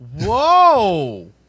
Whoa